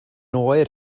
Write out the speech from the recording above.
oer